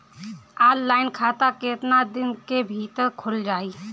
Online खाता केतना दिन के भीतर ख़ुल जाई?